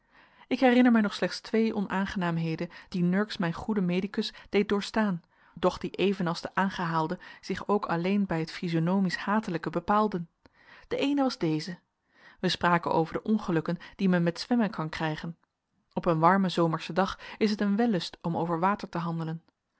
ik herinner mij nog slechts twee onaangenaamheden die nurks mijn goeden medicus deed doorstaan doch die even als de aangehaalde zich ook alleen bij het physionomisch hatelijke bepaalden de eene was deze wij spraken over de ongelukken die men met zwemmen kan krijgen op een warmen zomerschen dag is t een wellust om over water te handelen